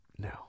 No